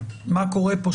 מה קורה פה,